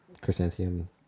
Chrysanthemum